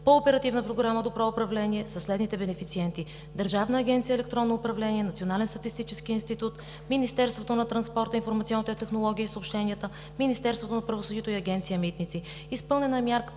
по Оперативна програма „Добро управление“ със следните бенефициенти: Държавната агенция „Електронно управление“, Националният статистически институт, Министерството на транспорта, информационните технологии и съобщенията, Министерството на правосъдието и Агенция „Митници“. Изпълнена е мярка